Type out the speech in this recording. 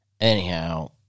Anyhow